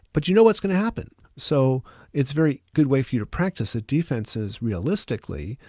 but you know what's going to happen. so it's very good way for you to practice at defenses realistically,